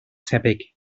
tebyg